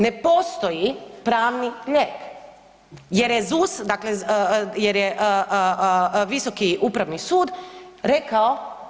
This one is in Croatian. Ne postoji pravni lijek jer je ZUS, dakle jer je Visoki upravni sud rekao